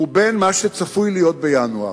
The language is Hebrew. ובין מה שצפוי להיות בינואר.